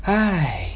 !hais!